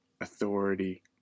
authority